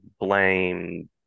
blame